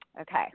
Okay